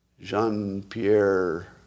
Jean-Pierre